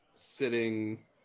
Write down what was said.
sitting